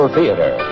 Theater